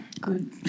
Good